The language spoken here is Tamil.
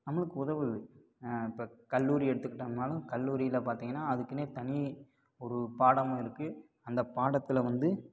நம்மளுக்கு உதவுது இப்போ கல்லூரி எடுத்துக்கிட்டோம்னாலும் கல்லூரியில் பார்த்தீங்கன்னா அதுக்குனே தனி ஒரு பாடமும் இருக்குது அந்த பாடத்தில் வந்து